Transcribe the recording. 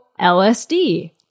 LSD